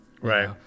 Right